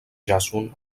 jàson